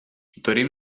dorim